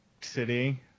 City